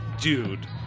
Dude